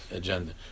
agenda